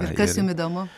ir kas jum įdomu